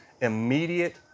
immediate